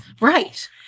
right